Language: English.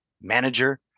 manager